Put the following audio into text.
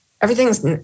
everything's